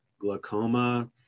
glaucoma